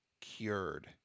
cured